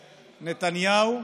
נתניהו,